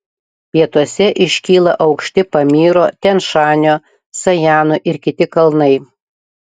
pietuose iškyla aukšti pamyro tian šanio sajanų ir kiti kalnai